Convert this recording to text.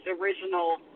original